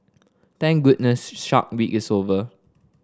thank goodness Shark Week is over